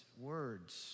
words